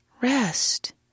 rest